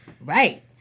Right